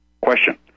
Question